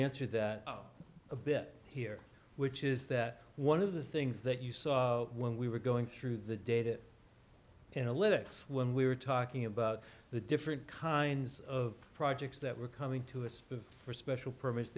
answer that a bit here which is that one of the things that you saw when we were going through the data analytics when we were talking about the different kinds of projects that were coming to us but for special p